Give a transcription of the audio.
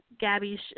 Gabby